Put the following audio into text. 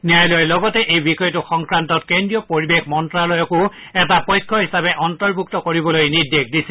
ন্যায়ালয়ে লগতে এই বিষয়টোৰ সংক্ৰান্তত কেন্দ্ৰীয় পৰিবেশ মন্ত্যালয়কো এটা পক্ষ হিচাপে অন্তৰ্ভুক্ত কৰিবলৈ নিৰ্দেশ দিছে